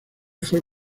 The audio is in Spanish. fue